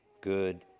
good